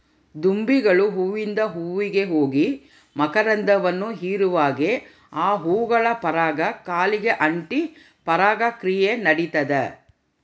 ದುಂಬಿಗಳು ಹೂವಿಂದ ಹೂವಿಗೆ ಹೋಗಿ ಮಕರಂದವನ್ನು ಹೀರುವಾಗೆ ಆ ಹೂಗಳ ಪರಾಗ ಕಾಲಿಗೆ ಅಂಟಿ ಪರಾಗ ಕ್ರಿಯೆ ನಡಿತದ